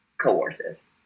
coercive